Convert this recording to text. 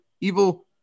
evil